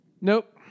Nope